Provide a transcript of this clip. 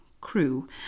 crew